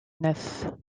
neuf